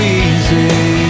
easy